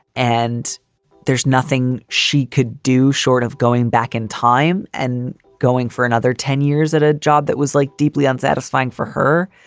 and there's nothing she could do short of going back in time and going for another ten years at a job that was like deeply unsatisfying for her.